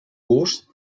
gust